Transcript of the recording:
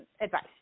advice